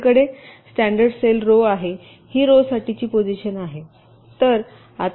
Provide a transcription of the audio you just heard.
आपल्याकडे standard cell row आहेत ही रोसाठीची पोजिशन आहे